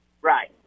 Right